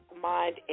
Mind